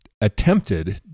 attempted